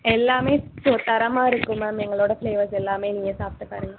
எல்லாமே ஸோ தரமாக இருக்கு மேம் எங்களோட ஃப்ளேவர்ஸ் எல்லாமே நீங்கள் சாப்பிட்டு பாருங்கள்